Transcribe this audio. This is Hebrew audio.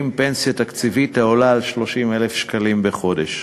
פנסיה תקציבית העולה על 30,000 שקלים בחודש.